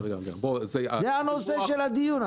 זה נושא הדיון.